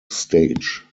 stage